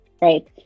right